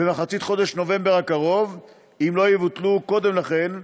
חודש נובמבר הקרוב אם לא יבוטלו קודם לכן,